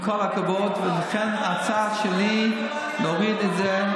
עם כל הכבוד, ולכן ההצעה שלי היא להוריד את זה,